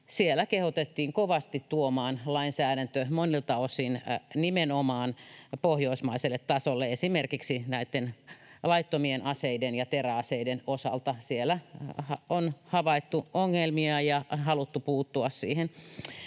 siellä kehotettiin kovasti tuomaan lainsäädäntö monilta osin nimenomaan pohjoismaiselle tasolle. Esimerkiksi näitten laittomien aseiden ja teräaseiden osalta siellä on havaittu ongelmia ja haluttu puuttua niihin.